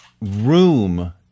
room